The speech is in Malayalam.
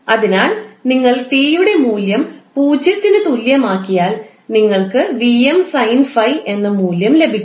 അതിനാൽ നിങ്ങൾ ടി യുടെ മൂല്യം 0 ന് തുല്യമാക്കിയാൽ നിങ്ങൾക്ക് 𝑉𝑚 sin ∅ എന്ന മൂല്യം ലഭിക്കും